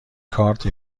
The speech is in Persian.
کارت